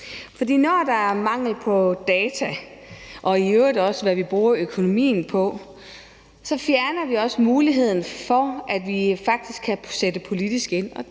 når der er mangel på data og i øvrigt også i forhold til hvad vi bruger økonomien på, så fjerner vi faktisk også muligheden for, at vi kan sætte politisk ind, og